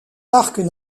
parcs